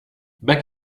back